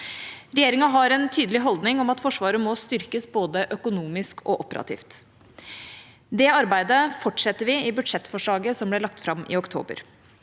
Regjeringa har en tydelig holdning om at Forsvaret må styrkes både økonomisk og operativt. Det arbeidet fortsetter vi i budsjettforslaget som ble lagt fram i oktober.